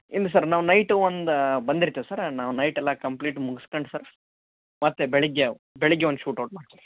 ಇನ್ನು ಸರ್ ನಾವು ನೈಟು ಒಂದು ಬಂದಿರ್ತೀವಿ ಸರ್ ನಾವು ನೈಟೆಲ್ಲ ಕಂಪ್ಲೀಟ್ ಮುಗ್ಸ್ಕಂಡು ಸರ್ ಮತ್ತೆ ಬೆಳಿಗ್ಗೆ ಬೆಳಿಗ್ಗೆ ಒಂದು ಶೂಟ್ ಔಟ್ ಮಾಡ್ತೀವಿ